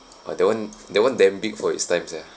uh that one that one damn big for its time ya